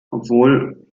obwohl